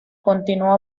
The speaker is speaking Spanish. continuó